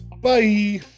Bye